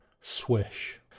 Swish